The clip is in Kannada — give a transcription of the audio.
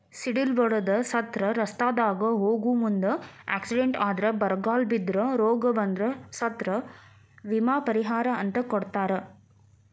ಸಿಡಿಲ ಬಡದ ಸತ್ರ ರಸ್ತಾದಾಗ ಹೋಗು ಮುಂದ ಎಕ್ಸಿಡೆಂಟ್ ಆದ್ರ ಬರಗಾಲ ಬಿದ್ರ ರೋಗ ಬಂದ್ರ ಸತ್ರ ವಿಮಾ ಪರಿಹಾರ ಅಂತ ಕೊಡತಾರ